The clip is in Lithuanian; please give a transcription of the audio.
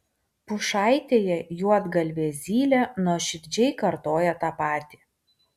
pušaitėje juodgalvė zylė nuoširdžiai kartoja tą patį